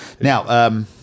now